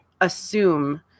assume